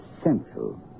essential